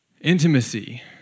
intimacy